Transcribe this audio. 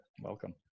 welcome